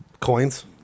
Coins